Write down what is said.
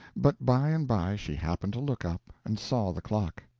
but by and by she happened to look up, and saw the clock.